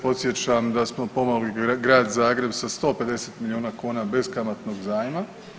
Podsjećam da smo pomogli Grad Zagreb sa 150 milijuna kuna beskamatnog zajma.